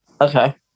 okay